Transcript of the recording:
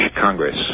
congress